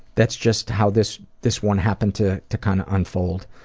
that's just how this this one happened to to kind of unfold.